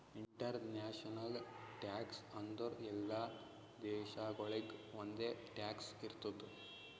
international tax ಅಂದುರ್ ಎಲ್ಲಾ ದೇಶಾಗೊಳಿಗ್ ಒಂದೆ ಟ್ಯಾಕ್ಸ್ ಇರ್ತುದ್